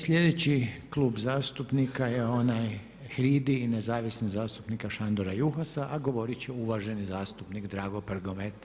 Sljedeći klub zastupnika je onaj HRID-i i nezavisnog zastupnika Šandora Juhasa, a govorit će uvaženi zastupnik Drago Prgomet.